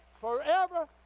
forever